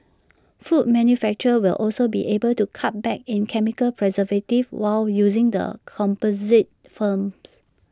food manufacturers will also be able to cut back in chemical preservatives while using the composite films